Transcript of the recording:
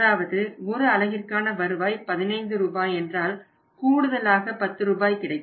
அதாவது ஒரு அலகிற்கான வருவாய் 15 ரூபாய் என்றால் கூடுதலாக 10 ரூபாய் கிடைக்கும்